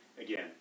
Again